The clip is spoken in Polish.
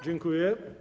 Dziękuję.